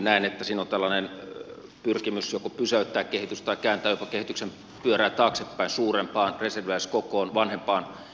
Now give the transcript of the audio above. näen että siinä on tällainen pyrkimys joko pysäyttää kehitys tai kääntää jopa kehityksen pyörää taaksepäin suurempaan reserviläiskokoon vanhempaan kalustoon